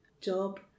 job